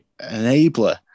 enabler